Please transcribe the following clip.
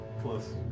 plus